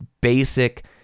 basic